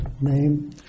name